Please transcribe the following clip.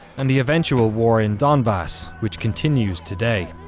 and the eventual war in donbass which continues today.